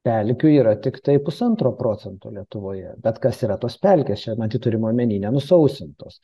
pelkių yra tiktai pusantro procento lietuvoje bet kas yra tos pelkės čia matyt turima omeny nenusausintos